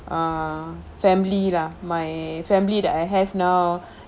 ah family lah my family that I have now